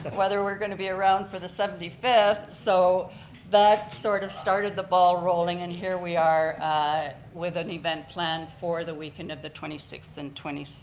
but whether we're going to be around for the seventy fifth, so that sort of started the ball rolling and here we are with an event planned for the weekend of the twenty sixth and, twenty